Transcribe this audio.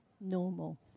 normal